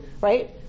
right